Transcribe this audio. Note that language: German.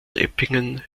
eppingen